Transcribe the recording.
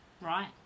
Right